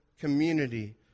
community